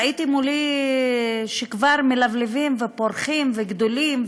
ראיתי מולי שכבר מלבלבים ופורחים וגדלים,